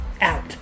out